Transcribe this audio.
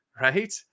right